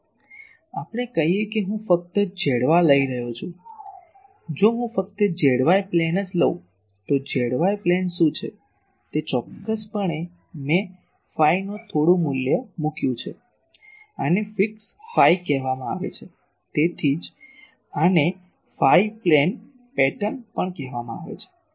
ચાલો આપણે કહી શકીએ કે હું ફક્ત z y લઈ રહ્યો છું જો હું ફક્ત z y પ્લેન જ લઉં તો z y પ્લેન શું છે તે ચોક્કસપણે મેં ફાઈનું થોડું મૂલ્ય મૂક્યું છે આને ફિક્સ ફાઈ કહેવામાં આવે છે તેથી જ આને ફાઈ પ્લેન પેટર્ન પણ કહેવામાં આવે છે